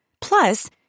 Plus